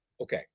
Okay